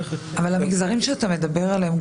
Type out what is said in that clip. המגזרים שאתה מדבר עליהם,